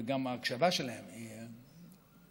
וגם ההקשבה שלהם היא מופתית.